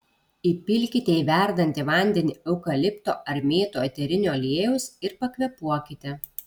įpilkite į verdantį vandenį eukalipto ar mėtų eterinio aliejaus ir pakvėpuokite